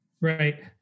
Right